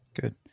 Good